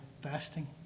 fasting